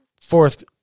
fourth